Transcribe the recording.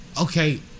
okay